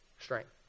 strength